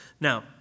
Now